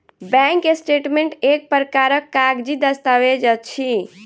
bank statement एक प्रकारक कागजी दस्तावेज अछि